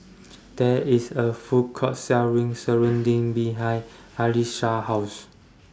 There IS A Food Court Selling Serunding behind Allyssa's House